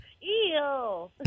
Ew